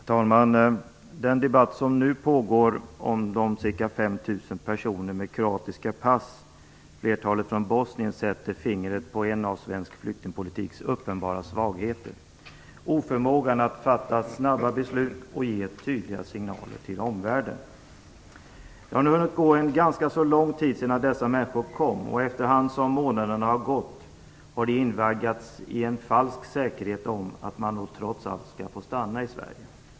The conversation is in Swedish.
Herr talman! Den debatt som nu pågår om de ca Bosnien, sätter fingret på en av svensk flyktingpolitiks uppenbara svagheter, oförmågan att fatta snabba beslut och ge tydliga signaler till omvärlden. Det har nu hunnit gå en ganska lång tid sedan dessa människor kom. Efterhand som månaderna gått har de invaggats i en falsk säkerhet om att de trots allt skall få stanna i Sverige.